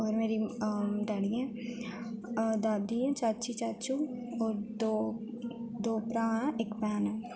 होर मेरी डैडी ऐ दादी ऐ चाची चाचू होर दो दो भ्राऽ इक भैन ऐ